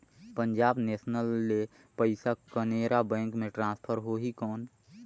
Punjab national ले पइसा Canara bank मे ट्रांसफर होहि कौन?